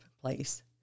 place